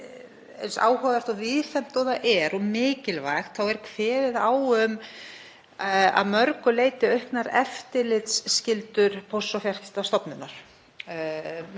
eins áhugavert og víðfeðmt og það er og mikilvægt, er kveðið á um að mörgu leyti auknar eftirlitsskyldur Póst- og fjarskiptastofnunar